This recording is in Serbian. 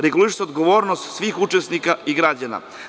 Reguliše se odgovornost svih učesnika i građana.